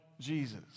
Jesus